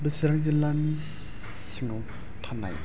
बेसोर जिल्लानि सिङाव थानाय